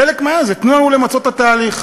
חלק מהעניין זה שייתנו לנו למצות את התהליך.